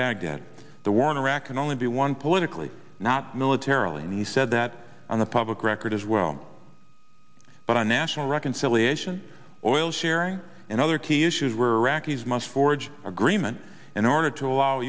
baghdad the war in iraq can only be one politically not militarily and he said that on the public record as well but a national reconciliation oil sharing and other key issues were iraqis must forge agreement in order to allow